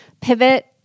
pivot